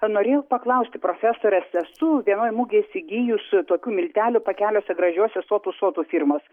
norėjau paklausti profesorės esu vienoj mugėj įgijus tokių miltelių pakeliuose gražiuose sotu sotu firmos